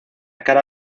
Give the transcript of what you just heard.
cara